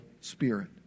spirit